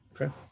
Okay